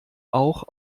auch